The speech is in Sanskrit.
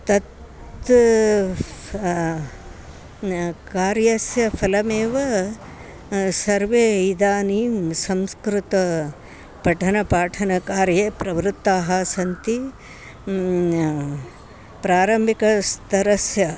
तत् कार्यस्य फलमेव सर्वे इदानीं संस्कृतपठनपाठनकार्ये प्रवृत्ताः सन्ति प्रारम्भिकस्तरस्य